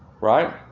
Right